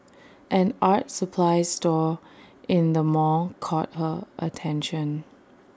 an art supplies store in the mall caught her attention